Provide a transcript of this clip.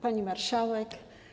Pani Marszałek!